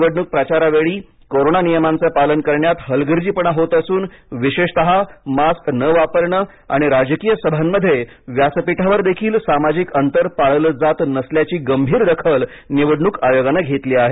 निवडणूक प्रचारावेळी कोरोना नियमांचं पालन करण्यात हलगर्जीपणा होत असून विशेषतः मास्क न वापरणे आणि राजकीय सभांमध्ये व्यासपीठावरही सामाजिक अंतर पाळले जात नसल्याची गंभीर दखल निवडणूक आयोगानं घेतली आहे